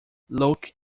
look